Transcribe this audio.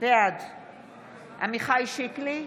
בעד עמיחי שיקלי,